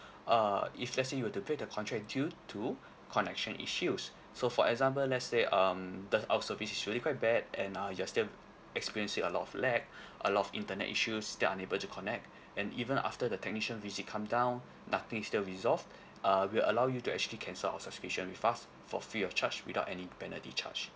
err if let's say you were to break the contract due to connection issues so for example let's say um the out of service is really quite bad and uh you are still experiencing a lot of lag a lot of internet issues still unable to connect and even after the technician visit come down nothing still resolved uh we'll allow you to actually cancel our subscription with us for free of charge without any penalty charged